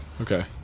okay